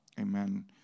amen